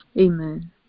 Amen